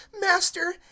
master